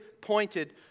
pointed